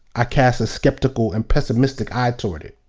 i cast a skeptical and pessimistic eye toward it.